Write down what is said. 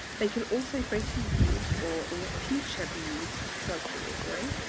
they can also both be used, or in the future be used, for drug delivery.